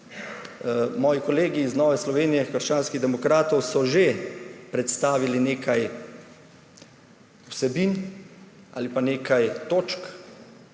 Moji kolegi iz Nove Slovenije – krščanskih demokratov so že predstavili nekaj vsebin ali pa nekaj točk,